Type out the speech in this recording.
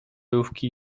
jówki